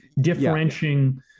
differentiating